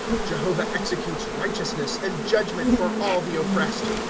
jehovah executes righteousness, and judgment, for all the oppressed.